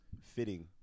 fitting